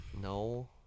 No